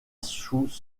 sous